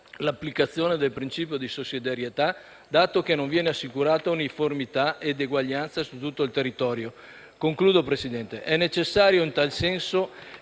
l'applicazione del principio di sussidiarietà, dato che non viene assicurata uniformità ed uguaglianza su tutto il territorio. È necessario in tal senso